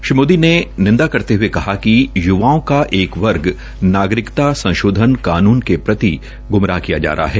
श्री मोदी ने निंदा करते हये कहा कि य्वाओं का एक वर्ग नागरिक संशोधन कानून के प्रति ग्मराह किया जा रहा है